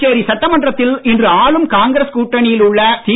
புதுச்சேரி சட்டமன்றத்தில் இன்று ஆளும் காங்கிரஸ் கூட்டணியில் உள்ள தி